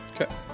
Okay